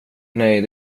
nej